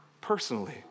personally